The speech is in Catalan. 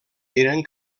eren